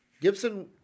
Gibson